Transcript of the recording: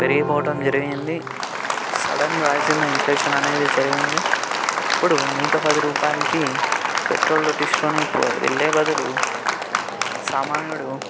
పెరిగిపోవటం జరిగింది sudden rise అయినా inflation అనేది జరిగింది ఇప్పుడు నూట పది రూపాయలకి పెట్రోల్ కొట్టించుకొని పో వెళ్ళే బదులు సామాన్యుడు